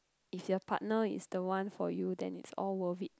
if your partner is the one for you then it's all worth it